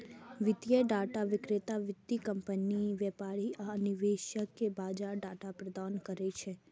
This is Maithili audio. वित्तीय डाटा विक्रेता वित्तीय कंपनी, व्यापारी आ निवेशक कें बाजार डाटा प्रदान करै छै